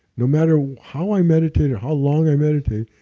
no matter how i meditated or how long i meditated,